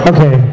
Okay